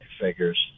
Figures